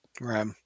right